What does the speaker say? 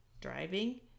driving